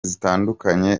zitandukanye